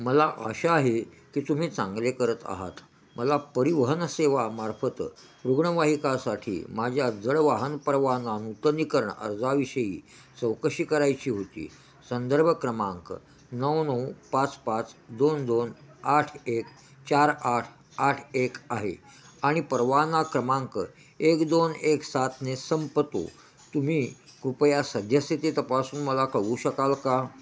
मला आशा आहे की तुम्ही चांगले करत आहात मला परिवहन सेवामार्फत रुग्णवाहिकासाठी माझ्या जड वाहन परवाना नूतनीकरण अर्जाविषयी चौकशी करायची होती संदर्भ क्रमांक नऊ नऊ पाच पाच दोन दोन आठ एक चार आठ आठ एक आहे आणि परवाना क्रमांक एक दोन एक सातने संपतो तुम्ही कृपया सद्यस्थिती तपासून मला कळवू शकाल का